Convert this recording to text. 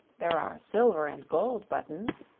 there are silver and gold buttons,